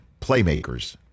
playmakers